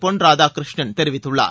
பொன் ராதாகிருஷ்ணன் தெரிவித்துள்ளார்